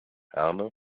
herne